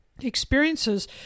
experiences